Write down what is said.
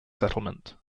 settlement